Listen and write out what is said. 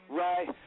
right